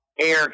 Air